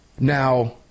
Now